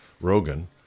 Rogan